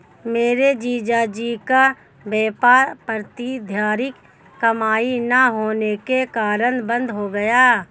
मेरे जीजा जी का व्यापार प्रतिधरित कमाई ना होने के कारण बंद हो गया